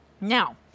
Now